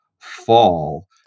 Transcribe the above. fall